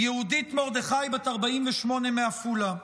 יהודית מרדכי, בת 48, מעפולה,